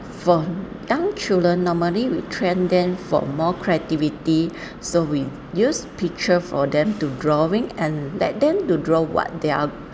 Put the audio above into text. for young children normally we train them for more creativity so we use picture for them to drawing and let them to draw what they are